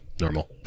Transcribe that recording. normal